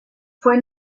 fue